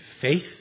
faith